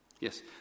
Yes